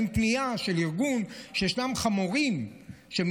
פנייה של ארגון על חמורים שישנם,